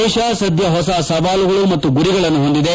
ದೇತ ಸದ್ದ ಹೊಸ ಸವಾಲುಗಳು ಮತ್ತು ಗುರಿಗಳನ್ನು ಹೊಂದಿದೆ